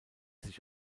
sich